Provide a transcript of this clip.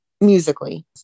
musically